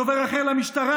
דובר אחר למשטרה,